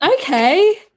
okay